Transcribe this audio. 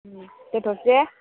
दोनथ'नोसै दे